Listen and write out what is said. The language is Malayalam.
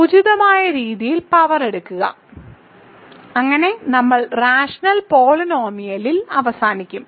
ഉചിതമായ രീതിയിൽ പവർ എടുക്കുക അങ്ങനെ നമ്മൾ റാഷണൽ പോളിനോമിയലിൽ അവസാനിക്കും